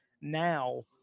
now